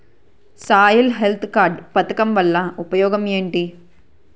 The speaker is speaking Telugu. సాయిల్ హెల్త్ కార్డ్ పథకం వల్ల ఉపయోగం ఏంటి?